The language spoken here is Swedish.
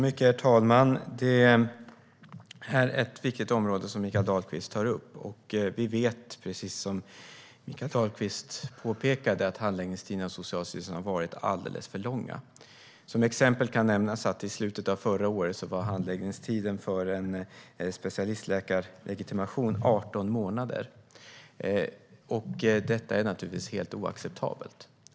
Herr talman! Det är ett viktigt område Mikael Dahlqvist tar upp. Som Mikael Dahlqvist påpekade har handläggningstiderna hos Socialstyrelsen varit alldeles för långa. Som exempel kan nämnas att handläggningstiden för en specialistläkarlegitimation var 18 månader i slutet av förra året. Detta är naturligtvis helt oacceptabelt.